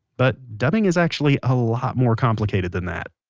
but dubbing is actually a lot more complicated than that